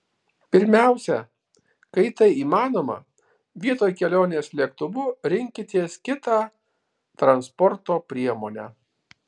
pirmiausia kai tai įmanoma vietoj kelionės lėktuvu rinkitės kitą transporto priemonę